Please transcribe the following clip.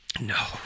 no